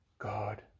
God